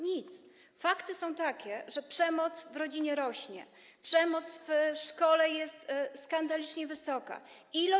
Nic. Fakty są takie, że przemoc w rodzinie narasta, poziom przemocy w szkole jest skandalicznie wysoki.